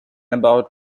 about